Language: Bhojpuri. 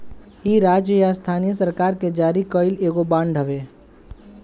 इ राज्य या स्थानीय सरकार के जारी कईल एगो बांड हवे